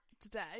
today